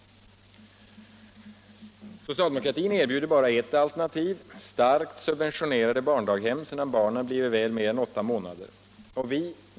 Socialdemokratin erbjuder bara ett alternativ — starkt subventionerade barndaghem sedan barnen väl blivit mer än åtta månader.